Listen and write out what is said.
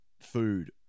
food